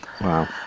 Wow